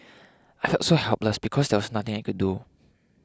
I felt so helpless because there was nothing I could do